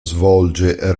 svolge